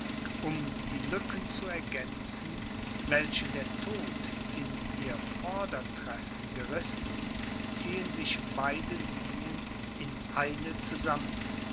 um die lücken zu ergänzen welche der tod in ihr vordertreffen gerissen ziehen sich beide linien in eine zusammen